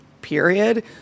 period